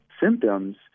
symptoms